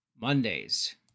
Mondays